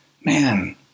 man